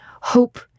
hope